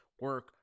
Work